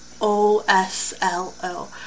OSLO